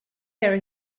there